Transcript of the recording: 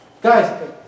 Guys